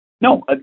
No